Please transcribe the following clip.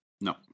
No